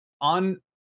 on